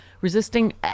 resisting